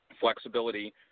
flexibility